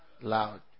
loud